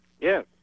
Yes